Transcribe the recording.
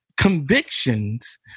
convictions